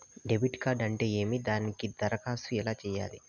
debit card అంటే ఏమి దానికి దరఖాస్తు ఎలా సేయాలి